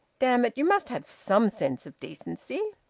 damn it, you must have some sense of decency!